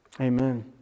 Amen